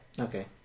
Okay